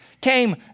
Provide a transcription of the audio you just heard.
came